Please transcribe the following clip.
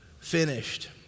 finished